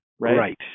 Right